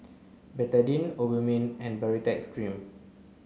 Betadine Obimin and Baritex Cream